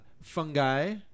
fungi